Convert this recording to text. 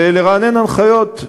נרענן הנחיות,